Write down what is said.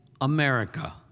America